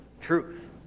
truth